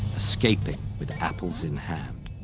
escaping with apples in hand.